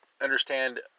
understand